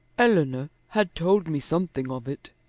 eleanor had told me something of it.